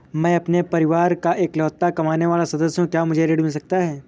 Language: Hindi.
मैं अपने परिवार का इकलौता कमाने वाला सदस्य हूँ क्या मुझे ऋण मिल सकता है?